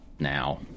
now